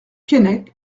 keinec